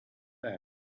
them